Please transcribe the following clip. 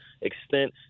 extent